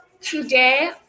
Today